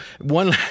One